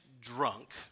drunk